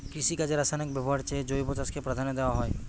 কৃষিকাজে রাসায়নিক ব্যবহারের চেয়ে জৈব চাষকে প্রাধান্য দেওয়া হয়